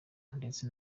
ndetse